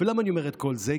למה אני אומר את כל זה?